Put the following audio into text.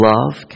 Love